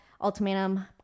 ultimatum